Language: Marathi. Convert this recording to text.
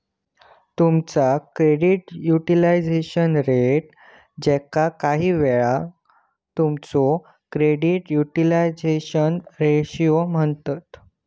तुमचा क्रेडिट युटिलायझेशन रेट, ज्याका काहीवेळा तुमचो क्रेडिट युटिलायझेशन रेशो म्हणतत